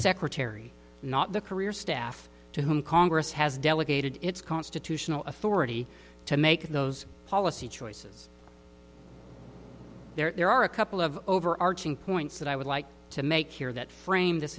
secretary not the career staff to whom congress has delegated its constitutional authority to make those policy choices there are a couple of overarching points that i would like to make here that framed this